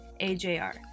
ajr